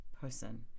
person